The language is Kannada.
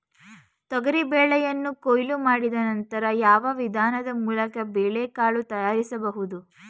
ತೊಗರಿ ಬೇಳೆಯನ್ನು ಕೊಯ್ಲು ಮಾಡಿದ ನಂತರ ಯಾವ ವಿಧಾನದ ಮೂಲಕ ಬೇಳೆಕಾಳು ತಯಾರಿಸಬಹುದು?